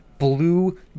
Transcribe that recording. blue